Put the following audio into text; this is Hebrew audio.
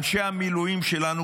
אנשי המילואים שלנו,